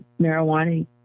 marijuana